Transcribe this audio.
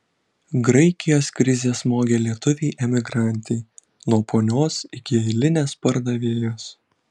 graikijos krizė smogė lietuvei emigrantei nuo ponios iki eilinės pardavėjos